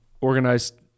organized